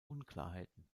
unklarheiten